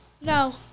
No